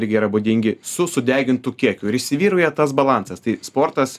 irgi yra būdingi su sudegintu kiekiu ir įsivyrauja tas balansas tai sportas